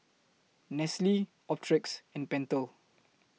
Nestle Optrex and Pentel